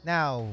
Now